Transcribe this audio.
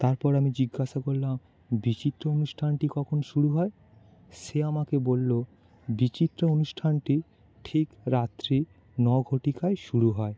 তারপর আমি জিজ্ঞাসা করলাম বিচিত্রা অনুষ্ঠানটি কখন শুরু হয় সে আমাকে বলল বিচিত্রা অনুষ্ঠানটি ঠিক রাত্রি ন ঘটিকায় শুরু হয়